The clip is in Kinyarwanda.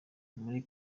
muri